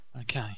Okay